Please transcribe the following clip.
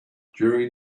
during